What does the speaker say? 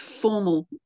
formal